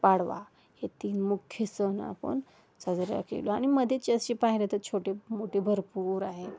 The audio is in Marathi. पाडवा हे तीन मुख्य सण आपण साजऱ्या केलो आणि मध्येचे असे पाहिले तर छोटे मोठे भरपूर आहेत